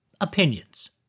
opinions